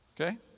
Okay